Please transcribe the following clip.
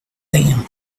them